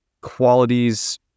qualities